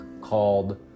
called